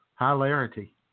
Hilarity